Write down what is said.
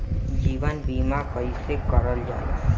जीवन बीमा कईसे करल जाला?